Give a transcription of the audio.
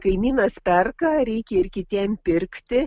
kaimynas perka reikia ir kitiem pirkti